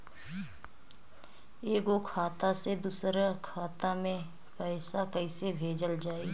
एगो खाता से दूसरा खाता मे पैसा कइसे भेजल जाई?